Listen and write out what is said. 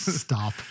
Stop